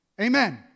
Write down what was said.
Amen